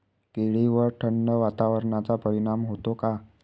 केळीवर थंड वातावरणाचा परिणाम होतो का?